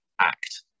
act